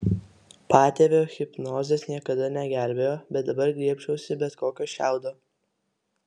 patėvio hipnozės niekada negelbėjo bet dabar griebčiausi bet kokio šiaudo